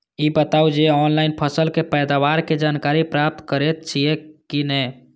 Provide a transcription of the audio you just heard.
ई बताउ जे ऑनलाइन फसल के पैदावार के जानकारी प्राप्त करेत छिए की नेय?